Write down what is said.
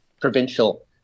provincial